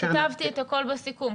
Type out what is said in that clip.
כתבתי את הכול בסיכום,